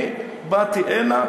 אני באתי הנה,